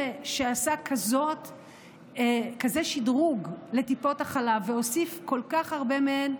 הוא זה שעשה כזה שדרוג לטיפות החלב והוסיף כל כך הרבה מהן,